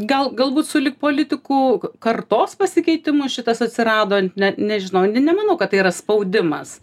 gal galbūt sulig politikų kartos pasikeitimu šitas atsirado net nežinau nemanau kad tai yra spaudimas